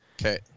Okay